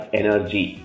energy